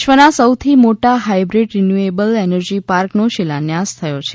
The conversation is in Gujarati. વિશ્વના સૌથી મોટા હાઇબ્રીડ રીન્યુએબલ એનર્જી પાર્કનો શિલાન્યાસ થયો છે